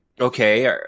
okay